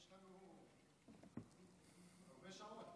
יש לנו עוד הרבה שעות.